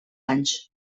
anys